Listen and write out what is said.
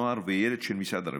נוער וילד של משרד הרווחה.